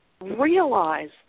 realize